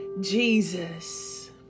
Jesus